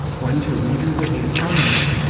one to readers of the economist.